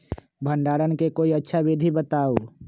भंडारण के कोई अच्छा विधि बताउ?